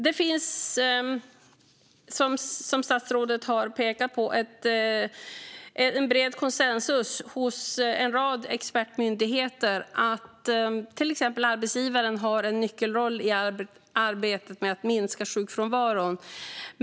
Det finns, som statsrådet har pekat på, bred konsensus hos en rad expertmyndigheter om att till exempel arbetsgivaren har en nyckelroll i arbetet med att minska sjukfrånvaron.